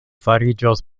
fariĝos